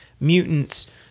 mutants